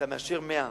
אתה מאשר 100,